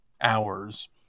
hours